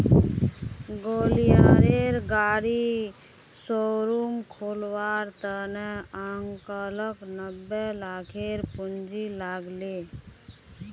ग्वालियरेर गाड़ी शोरूम खोलवार त न अंकलक नब्बे लाखेर पूंजी लाग ले